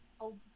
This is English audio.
old